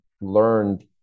learned